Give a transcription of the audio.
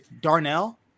darnell